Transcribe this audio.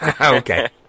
Okay